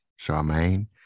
charmaine